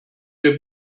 wir